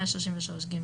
133ג,